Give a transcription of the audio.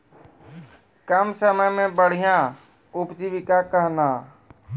कम समय मे बढ़िया उपजीविका कहना?